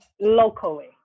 locally